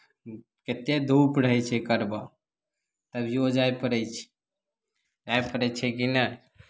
कतेक धूप रहै छै कड़वा तभिओ जाय पड़ै छै जाय पड़ै छै कि नहि